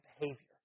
behavior